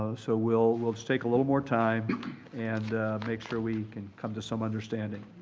so we'll we'll take a little more time and make sure we can come to some understanding.